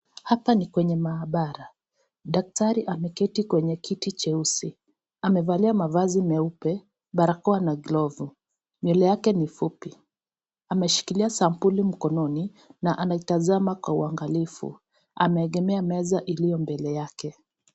Hapa ni kwenye maabara, daktari ameketi kwenye kiti cheusi. Amevalia mavazi meupe, barakoa na glovu. Nywele yake ni fupi, ameshikilia sampuli mkononi na anaitazama kwa uangalifu. Ameegemea meza ulio mbele yake.